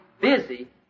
busy